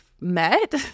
met